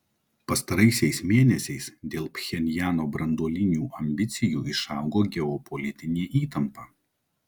pastaraisiais mėnesiais dėl pchenjano branduolinių ambicijų išaugo geopolitinė įtampa